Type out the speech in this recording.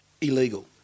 illegal